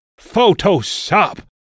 Photoshop